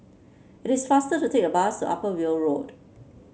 it is faster to take the bus Upper Weld Road